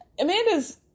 Amanda's